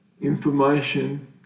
information